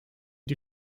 die